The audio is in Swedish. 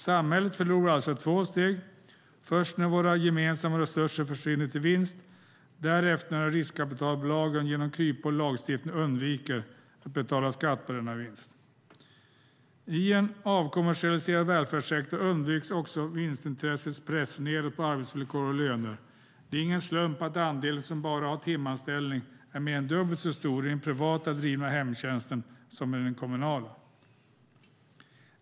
Samhället förlorar alltså i två steg: först när våra gemensamma resurser försvinner till vinst, därefter när riskkapitalbolagen genom kryphål i lagstiftningen undviker att betala skatt på denna vinst. I en avkommersialiserad välfärdssektor undviks också vinstintressets press nedåt på arbetsvillkor och löner. Det är ingen slump att andelen som bara har timanställning är mer än dubbelt så stor i den privat drivna hemtjänsten som i den kommunala.